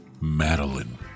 Madeline